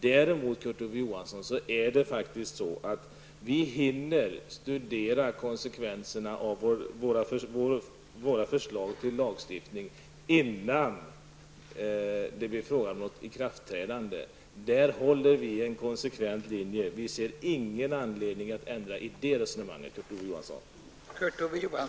Däremot, Kurt Ove Johansson, hinner vi faktiskt studera konsekvenserna av våra förslag till lagstiftning innan det blir fråga om ett ikraftträdande. Där håller vi en konsekvent linje. Vi ser ingen anledning att ändra i det resonemanget, Kurt Ove Johansson.